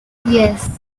yes